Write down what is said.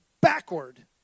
backward